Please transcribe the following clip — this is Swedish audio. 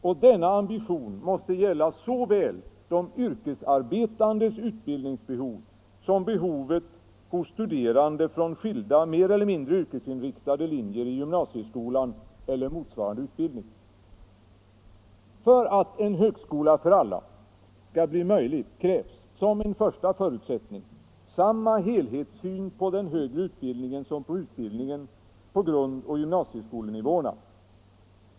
Och denna ambition måste gälla såväl de yrkesarbetandes utbildningsbehov som behovet hos studerande från skilda, mer eller mindre yrkesinriktade, linjer i gymnasieskolan eller motsvarande utbildning. För att ”en högskola för alla” skall bli möjlig krävs — som en första förutsättning — samma helhetssyn på den högre utbildningen som på "utbildningen på grundoch gymnasieskolenivåerna.